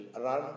Run